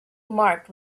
marked